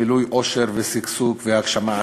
מילוי אושר ושגשוג והגשמה עצמית.